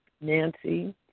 Nancy